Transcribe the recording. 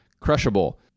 crushable